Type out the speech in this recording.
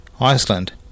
Iceland